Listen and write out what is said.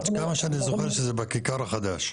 עד כמה שאני זוכר, זה בכיכר החדש.